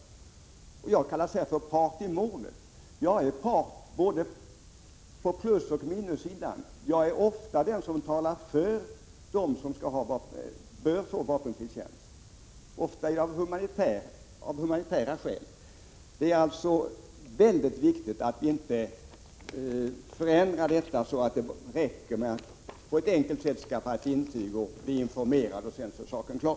Visst kan man säga att jag är part i målet. Jag är part på både plusoch minussidan. Jag är ofta den som talar för dem som bör få vapenfri tjänst, ofta av humanitära skäl. Det är alltså oerhört viktigt att inte förändra detta system, så att det räcker att på ett enkelt sätt skaffa ett intyg och bli informerad — sedan är saken klar.